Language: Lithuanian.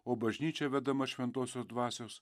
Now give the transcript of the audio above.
o bažnyčia vedama šventosios dvasios